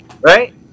right